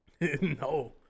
No